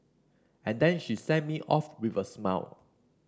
and then she sent me off with a smile